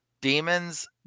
demons